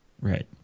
Right